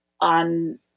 on